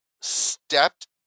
stepped